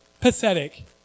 Pathetic